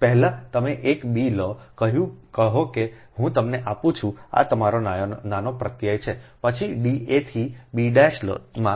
પહેલા તમે એક બી લો કહો કે હું તમને આપું છું કે આ તમારો નાનો પ્રત્યય છે પછી d a થી b' માં